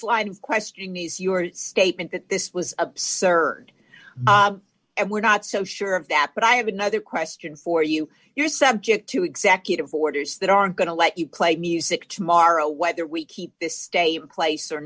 of questioning is your statement that this was absurd and we're not so sure of that but i have another question for you you're subject to executive orders that aren't going to let you play music tomorrow whether we keep this a place or